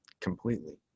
completely